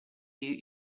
you